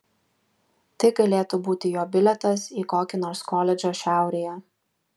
tai galėtų būti jo bilietas į kokį nors koledžą šiaurėje